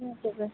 ᱢᱟ ᱛᱚᱵᱮ